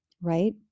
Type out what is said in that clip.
right